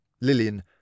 Lillian